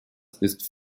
ist